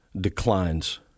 declines